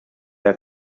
der